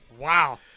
Wow